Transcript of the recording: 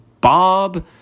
Bob